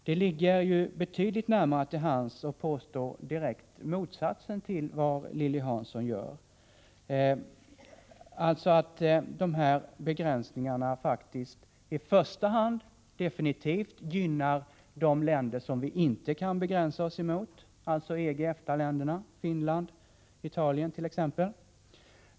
Det ligger betydligt närmare till hands att påstå raka motsatsen till vad Lilly Hansson gjorde, alltså att de här begränsningarna faktiskt i första hand definitivt gynnar de länder som vi inte kan begränsa oss gentemot — alltså EG/EFTA-länderna, Finland och Italien t.ex.